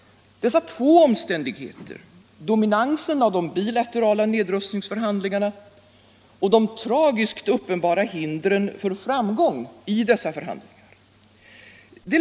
Dessa två omständigheter, dominansen av de bilaterala nedrustningsförhandlingarna och de tragiskt uppenbara hindren för framgång i dessa förhandlingar.